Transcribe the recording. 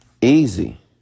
Easy